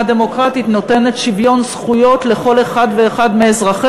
דמוקרטית נותנת שוויון זכויות לכל אחד ואחד מאזרחי